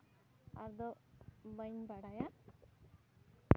ᱟᱫᱚ ᱵᱟᱹᱧ ᱵᱟᱲᱟᱭᱟ